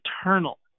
eternal